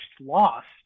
Lost